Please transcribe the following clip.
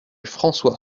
françois